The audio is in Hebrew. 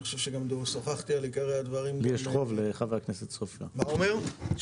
אני חושב שגם שוחחתי על עיקרי הדברים --- השר לפיתוח הפריפריה,